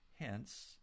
Hence